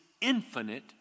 infinite